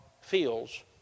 feels